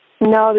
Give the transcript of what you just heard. No